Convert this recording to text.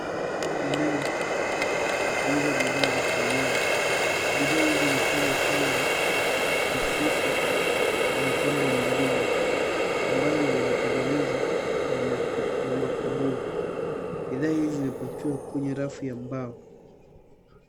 Eneo la kuuza bidhaa za kienyeji. Bidhaa hizi ni kama shanga, mkufu na mapambo mengine ambayo huwa inatengenezwa na makubuhu. Bidhaa hizi zimepakiwa kwenye rafu ya mbao.